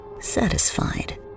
Satisfied